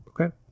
Okay